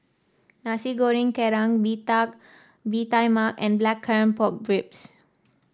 Nasi Goreng Kerang bee Bee Tai Mak and Blackcurrant Pork Ribs